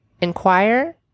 inquire